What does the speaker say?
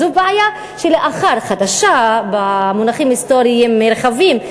חדשה במונחים היסטוריים נרחבים,